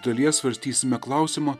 dalyje svarstysime klausimą